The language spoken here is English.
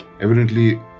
Evidently